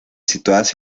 situadas